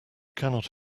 cannot